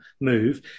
move